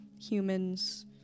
Humans